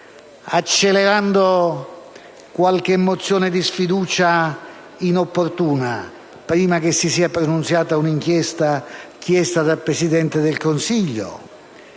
accelerando qualche mozione di sfiducia inopportuna prima che si sia pronunziata un'inchiesta richiesta dal Presidente del Consiglio.